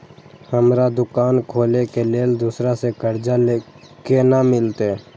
हमरा दुकान खोले के लेल दूसरा से कर्जा केना मिलते?